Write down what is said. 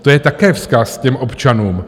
To je také vzkaz těm občanům.